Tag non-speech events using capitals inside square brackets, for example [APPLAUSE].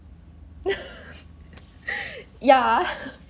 [LAUGHS] ya